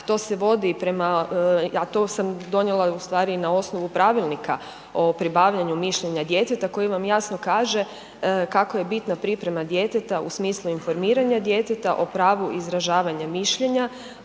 to sam donijela ustvari i na osnovu Pravilnika o pribavljanju mišljenja djeteta koji vam jasno kaže kako je bitna priprema djeteta u smislu informiranja djeteta, o pravu izražavanja mišljenja,